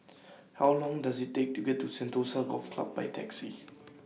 How Long Does IT Take to get to Sentosa Golf Club By Taxi